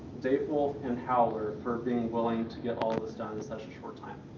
davewolf and howler for being willing to get all this done in such a short time.